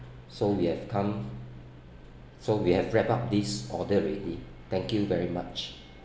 so we have come so we have wrapped up this order already thank you very much